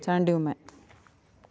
Chandy Oommen